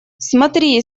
смотри